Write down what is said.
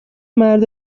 مرد